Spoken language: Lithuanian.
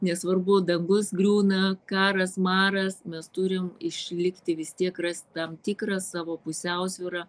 nesvarbu dangus griūna karas maras mes turim išlikti vis tiek ras tam tikrą savo pusiausvyrą